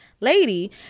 lady